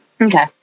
Okay